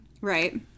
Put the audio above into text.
Right